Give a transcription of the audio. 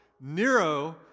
Nero